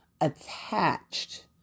attached